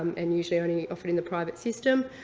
and usually only offered in the private system.